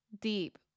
deep